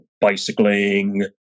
bicycling